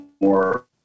more